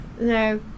no